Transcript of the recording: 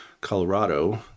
Colorado